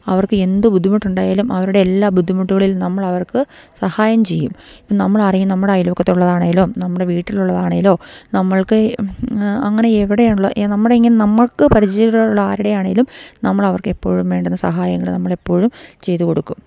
അവർക്ക് എന്ത് ബുദ്ധിമുട്ടുണ്ടായാലും അവരുടെ എല്ലാ ബുദ്ധിമുട്ടുകളിലും നമ്മളവർക്ക് സഹായം ചെയ്യും ഇപ്പോള് നമ്മളറിയും നമ്മുടെ അയൽപക്കത്തുള്ളതാണെങ്കിലോ നമ്മുടെ വീട്ടിലുള്ളതാണെങ്കിലോ നമുക്ക് അങ്ങനെ എവിടെയുള്ള നമുക്ക് പരിചയമുള്ള ആരുടേതാണെങ്കിലും നമ്മളവർക്കെപ്പോഴും വേണ്ടുന്ന സഹായങ്ങള് നമ്മളെപ്പോഴും ചെയ്തുകൊടുക്കും